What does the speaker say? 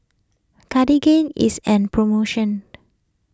Cartigain is an promotion